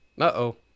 Uh-oh